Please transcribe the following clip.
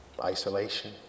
isolation